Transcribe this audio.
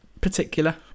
particular